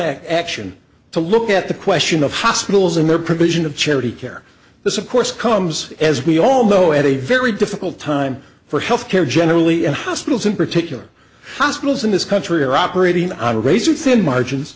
action to look at the question of hospitals and their provision of charity care this of course comes as we all know at a very difficult time for health care generally and hospitals in particular hospitals in this country are operating on razor thin margins